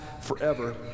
forever